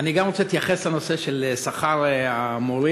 גם אני רוצה להתייחס לנושא שכר המורים.